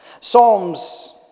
Psalms